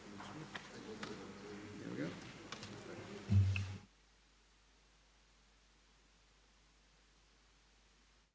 Hvala vam